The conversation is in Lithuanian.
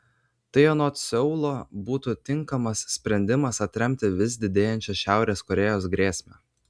tai anot seulo būtų tinkamas sprendimas atremti vis didėjančią šiaurės korėjos grėsmę